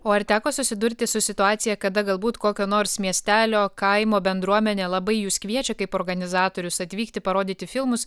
o ar teko susidurti su situacija kada galbūt kokio nors miestelio kaimo bendruomenė labai jus kviečia kaip organizatorius atvykti parodyti filmus